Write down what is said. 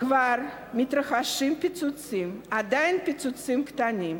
כבר מתרחשים פיצוצים, עדיין פיצוצים קטנים,